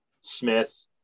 Smith –